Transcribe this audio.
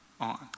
on